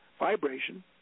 vibration